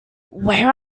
where